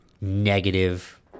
negative